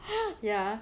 ya